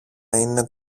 είναι